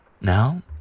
Now